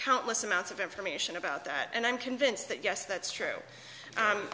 countless amounts of information about that and i'm convinced that yes that's true